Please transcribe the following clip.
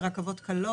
ברק"לים,